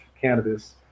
cannabis